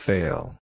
Fail